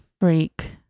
freak